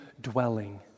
dwelling